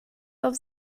auf